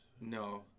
No